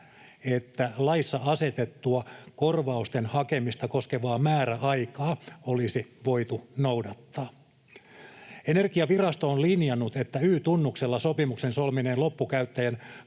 että laissa asetettua korvausten hakemista koskevaa määräaikaa olisi voitu noudattaa. Energiavirasto on linjannut, että Y-tunnuksella sopimuksen solmineen loppukäyttäjän